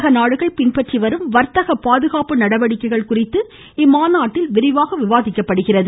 உலக நாடுகள் பின்பற்றி வரும் வர்த்தக பாதுகாப்பு நடவடிக்கைகள் குறித்து இம்மாநாட்டில் விவாதிக்கப்பட உள்ளது